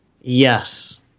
Yes